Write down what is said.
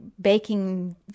baking